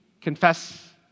confess